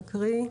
תקריאי.